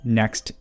next